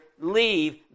leave